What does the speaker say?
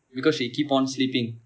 because she keep on sleeping